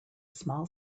small